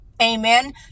Amen